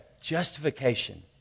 justification